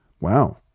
Wow